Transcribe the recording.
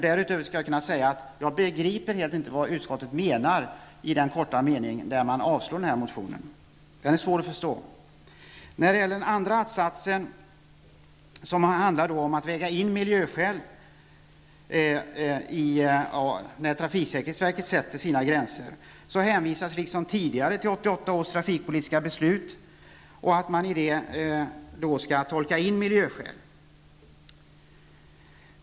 Därutöver kan jag säga att jag begriper helt enkelt inte vad utskottet menar i den korta mening där motionen avstyrks. När det gäller den andra att-satsen, som handlar om att väga in miljöskäl när trafiksäkerhetsverket skall sätta hastighetsgränser, hänvisas liksom tidigare till 1988 års trafikpolitiska beslut. I det beslutet skall alltså miljöskäl tolkas in.